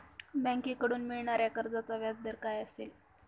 बँकेकडून मिळणाऱ्या कर्जाचा व्याजदर काय असेल?